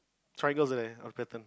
triangles are there of pattern